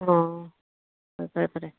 ꯑꯥ ꯐꯔꯦ ꯐꯔꯦ ꯐꯔꯦ